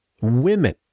Women